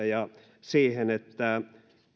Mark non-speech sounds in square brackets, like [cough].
[unintelligible] ja siihen että